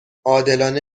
عادلانه